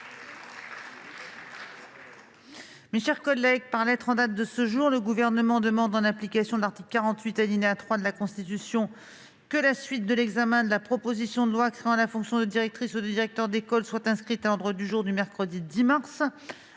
qui l'ont voté. Par lettre en date de ce jour, le Gouvernement demande, en application de l'article 48, alinéa 3, de la Constitution, que la suite de l'examen de la proposition de loi créant la fonction de directrice ou de directeur d'école soit inscrite à l'ordre du jour du mercredi 10 mars